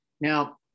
Now